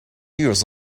years